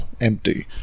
empty